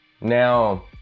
Now